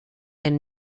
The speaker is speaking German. den